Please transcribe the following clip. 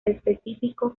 específico